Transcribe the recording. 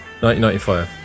1995